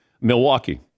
Milwaukee